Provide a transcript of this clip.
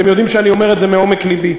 אתם יודעים שאני אומר את זה מעומק לבי.